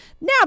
Now